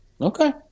Okay